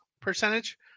percentage